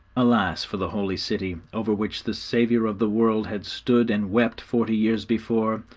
alas for the holy city, over which the saviour of the world had stood and wept forty years before,